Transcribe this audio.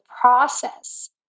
process